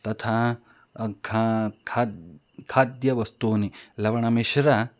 तथा खा खाद्यं खाद्यवस्तूनि लवणमिश्रितानि